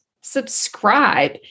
subscribe